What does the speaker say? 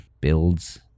builds